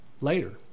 later